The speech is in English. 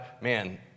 man